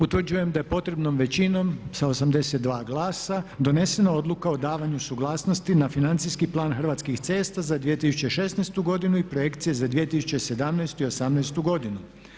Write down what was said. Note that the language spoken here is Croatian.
Utvrđujem da je potrebnom većinom, sa 82 glasa donesena Odluka o davanju suglasnosti na Financijski plan Hrvatskih cesta za 2016. godinu i projekcije za 2017. i 2018. godinu.